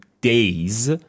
days